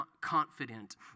confident